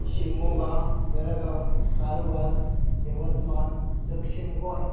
शीमोगा बेळगांव कारवार यवतमाळ दक्षिण गोंय